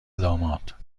داماد